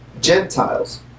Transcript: Gentiles